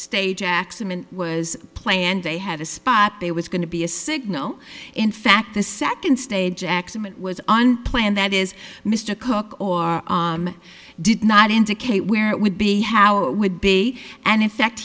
stage accident was planned they had a spot there was going to be a signal in fact the second stage accident was unplanned that is mr cook did not indicate where it would be how it would be an